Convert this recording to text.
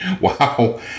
Wow